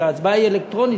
כשההצבעה היא אלקטרונית,